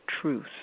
truth